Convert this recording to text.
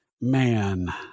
man